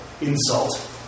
insult